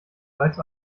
bereits